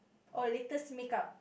or latest makeup